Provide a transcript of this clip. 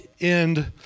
end